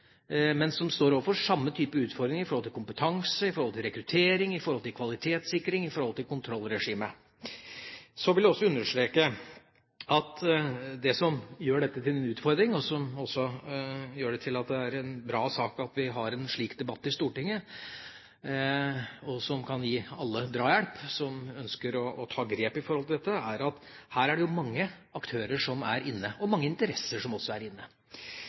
men den står overfor samme type utfordringer i forhold til kompetanse, i forhold til rekruttering, i forhold til kvalitetssikring, i forhold til kontrollregime. Så vil jeg også understreke at det som gjør dette til en utfordring, og som også gjør det til at det er en bra sak at vi har en slik debatt i Stortinget, som kan gi drahjelp til alle som ønsker å ta grep når det gjelder dette, er at her er det mange aktører som er inne, og det er mange interesser som også er inne.